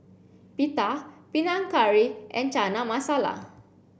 Pita Panang Curry and Chana Masala